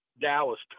Dallas